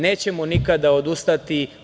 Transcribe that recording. Nećemo nikada odustati.